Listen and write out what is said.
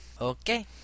Okay